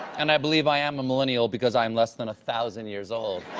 and i believe i am a millennial because i am less than a thousand years old